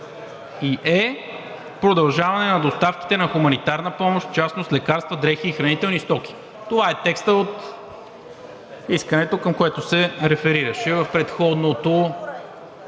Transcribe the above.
е) продължаване на доставките на хуманитарна помощ, в частност лекарства, дрехи и хранителни стоки.“ Това е текстът от искането, към което се реферираше в предходното…